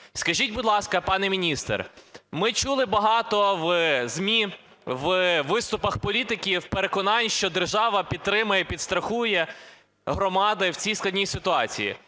Скажіть, будь ласка, пане міністре, ми чули багато в ЗМІ у виступах політиків переконання, що держава підтримає, підстрахує громади в цій складній ситуації.